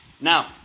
Now